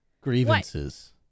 grievances